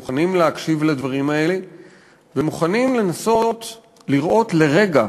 מוכנים להקשיב לדברים האלה ומוכנים לנסות לראות לרגע